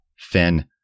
fin